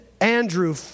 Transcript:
Andrew